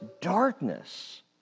darkness